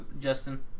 Justin